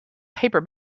paper